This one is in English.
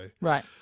right